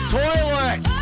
toilet